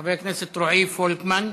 חבר הכנסת רועי פולקמן.